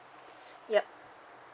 yup